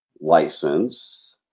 license